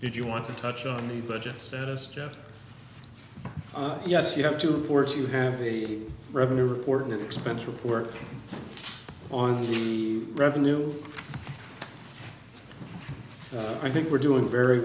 you want to touch on the budget status just yes you have to work you have the revenue reporting the expense report on the revenue i think we're doing very